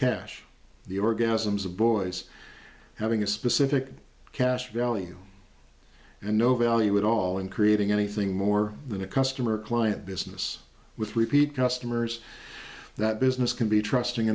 cash the orgasms of boys having a specific cash value and no value at all in creating anything more than a customer client business with repeat customers that business can be trusting